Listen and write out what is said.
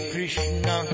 Krishna